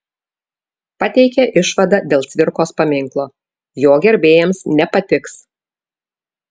pateikė išvadą dėl cvirkos paminklo jo gerbėjams nepatiks